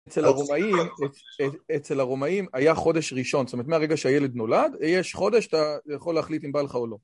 אצל הרומאים היה חודש ראשון, זאת אומרת מהרגע שהילד נולד, יש חודש אתה יכול להחליט אם בא לך או לא.